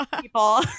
people